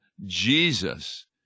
Jesus